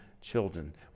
children